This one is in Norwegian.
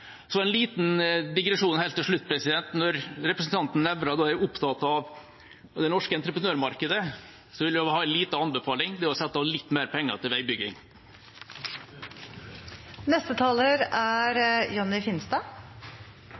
En liten digresjon helt til slutt: Når representanten Nævra er opptatt av det norske entreprenørmarkedet, har jeg en liten anbefaling. Det er å sette av litt mer penger til veibygging. Jeg må personlig få lov å uttrykke fra Stortingets talerstol at jeg er